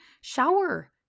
shower